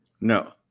No